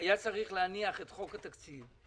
שהיה צריך להניח את חוק התקציב,